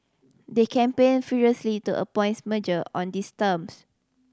they campaigned furiously to merger on these terms